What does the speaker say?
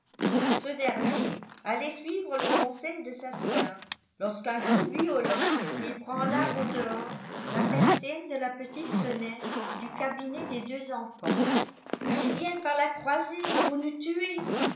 ce dernier allait suivre le conseil de sa soeur lorsqu'un coup violent ébranla au-dehors la persienne de la petite fenêtre du cabinet des deux enfants ils viennent par la croisée pour nous tuer